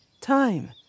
Time